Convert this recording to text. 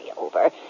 over